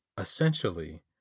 essentially